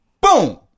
boom